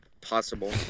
possible